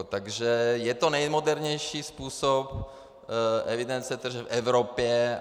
Takže je to nejmodernější způsob evidence tržeb v Evropě.